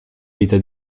vita